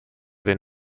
den